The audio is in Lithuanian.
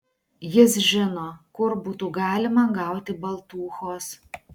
jis žino kur būtų galima gauti baltūchos